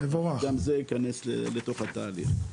גם זה ייכנס לתוך התהליך.